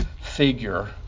figure